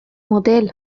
motel